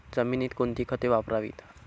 जमिनीत कोणती खते वापरावीत?